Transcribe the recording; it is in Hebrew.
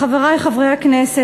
חברי חברי הכנסת,